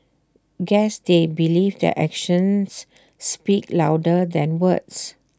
guess they believe that actions speak louder than words